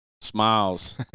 smiles